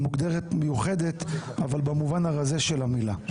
היא מוגדרת מיוחדת אבל במובן הרזה של המילה.